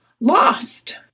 lost